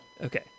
Okay